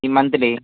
monthly